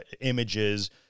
images